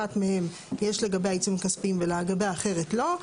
אחת מהן יש לגביה עיצומים כספיים ולגבי האחרת לא.